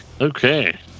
Okay